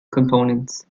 components